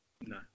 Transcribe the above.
No